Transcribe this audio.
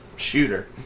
Shooter